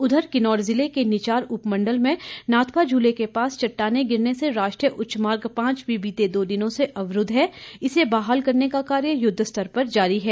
उधर किन्नौर जिले के निचार उपमंडल में नाथपा झूले के पास चट्टानें गिरने से राष्ट्रीय उच्च मार्ग पांच भी बीते दो दिनों से अवरूद्ध है जिसे बहाल करने का कार्य युद्वस्तर पर जारी है